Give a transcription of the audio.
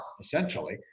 essentially